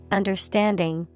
understanding